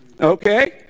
Okay